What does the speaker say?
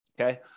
Okay